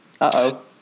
Uh-oh